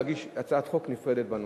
להגיש הצעת חוק נפרדת בנושא.